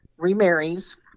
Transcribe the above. remarries